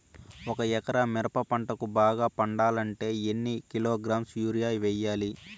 ఒక ఎకరా మిరప పంటకు బాగా పండాలంటే ఎన్ని కిలోగ్రామ్స్ యూరియ వెయ్యాలి?